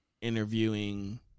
interviewing